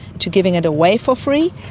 to giving it away for free,